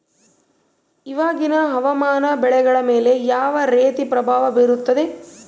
ಇವಾಗಿನ ಹವಾಮಾನ ಬೆಳೆಗಳ ಮೇಲೆ ಯಾವ ರೇತಿ ಪ್ರಭಾವ ಬೇರುತ್ತದೆ?